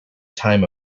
time